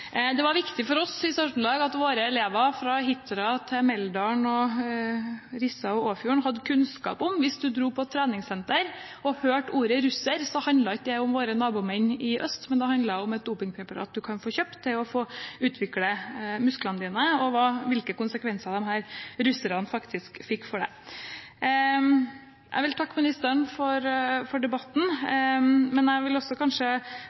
Det var viktig for oss i Sør-Trøndelag at våre elever – fra Hitra til Meldal, Rissa og Åfjorden – hadde kunnskap om at hvis man dro på et treningssenter og hørte ordet «russere», handlet det ikke om våre nabomenn i øst, men om et dopingpreparat man kan få kjøpt for å utvikle musklene sine, og hvilke konsekvenser russere faktisk kunne få for dem. Jeg vil takke ministeren for debatten, men jeg vil også